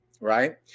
right